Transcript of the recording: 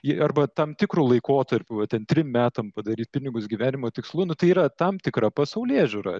ji arba tam tikru laikotarpiu vat ten trim metam padaryt pinigus gyvenimo tikslu nu tai yra tam tikra pasaulėžiūra